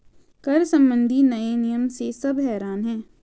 कर संबंधी नए नियम से सब हैरान हैं